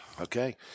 okay